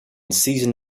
season